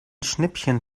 schnippchen